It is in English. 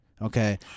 okay